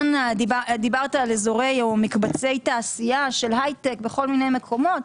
דיברת על מקצבי תעשייה של הייטק בכל מיני מקומות.